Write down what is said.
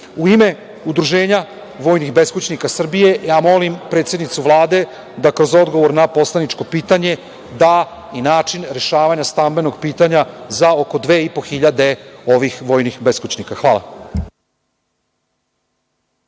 ime Udruženja vojnih beskućnika Srbije ja molim predsednicu Vlade da kroz odgovor na poslaničko pitanje da i način rešavanja stambenog pitanja za oko 2.500 ovih vojnih beskućnika. Hvala.